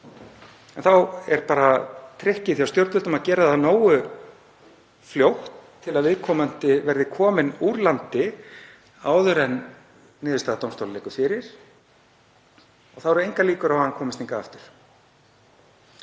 Þá er „trikkið“ hjá stjórnvöldum að gera það nógu fljótt til að viðkomandi verði kominn úr landi áður en niðurstaða dómstóla liggur fyrir því þá eru engar líkur á að hann komist hingað aftur.